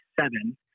seven